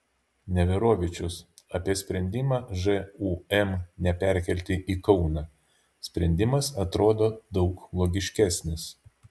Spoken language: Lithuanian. neverovičius apie sprendimą žūm neperkelti į kauną sprendimas atrodo daug logiškesnis